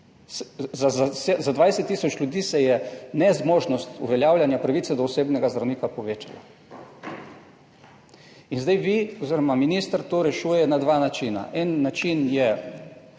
za 20 tisoč ljudi se je nezmožnost uveljavljanja pravice do osebnega zdravnika povečala. In zdaj vi oziroma minister to rešuje na dva načina: en način je